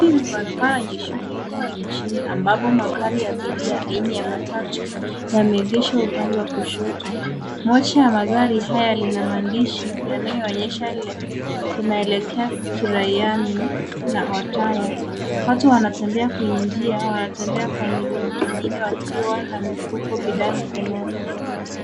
Hii ni barabara yenye shughuli nyingi ambapo magari ya abiria aina ya matatu yameegeshwa upande wa kushoto. Moja ya magari haya lina maandishi yanayoonyesha linaelekea kiraoyami na othaya. Watu wanatembea kwenye njia, wanatembea kwa miguu wengine wakiwa na mifuko, bidhaa mikononi.